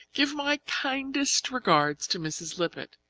give my kindest regards to mrs. lippett